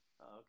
Okay